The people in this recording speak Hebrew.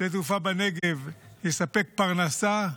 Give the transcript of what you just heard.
שדה תעופה בנגב יספק פרנסה,